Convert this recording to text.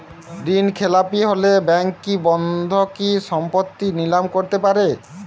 ঋণখেলাপি হলে ব্যাঙ্ক কি বন্ধকি সম্পত্তি নিলাম করতে পারে?